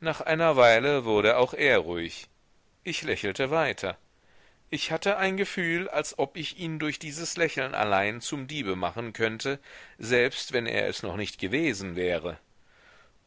nach einer weile wurde auch er ruhig ich lächelte weiter ich hatte ein gefühl als ob ich ihn durch dieses lächeln allein zum diebe machen könnte selbst wenn er es noch nicht gewesen wäre